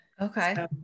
Okay